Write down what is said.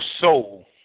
soul